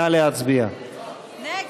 מי